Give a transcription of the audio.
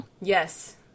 Yes